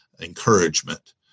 encouragement